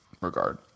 regard